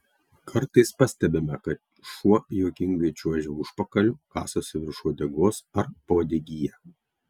kartais pastebime kad šuo juokingai čiuožia užpakaliu kasosi virš uodegos ar pauodegyje